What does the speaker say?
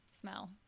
smell